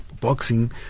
boxing